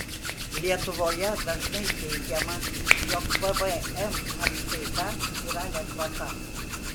lietuvoje dažnai teigiama jog pvm atskaita yra lengvata